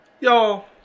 Y'all